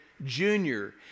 junior